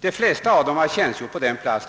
De flesta av dem det gäller har tjänstgjort på samma plats